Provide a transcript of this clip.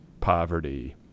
poverty